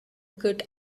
good